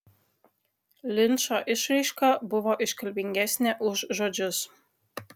linčo išraiška buvo iškalbingesnė už žodžius